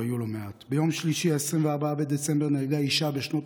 והיו לא מעט: ביום שלישי 24 בדצמבר נהרגה אישה בשנות